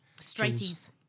straighties